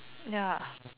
ya